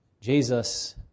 Jesus